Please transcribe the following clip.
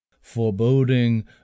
Foreboding